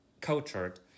cultured